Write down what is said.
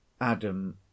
adam